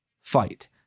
fight